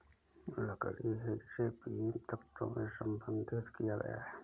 लकड़ी है जिसे बीम, तख्तों में संसाधित किया गया है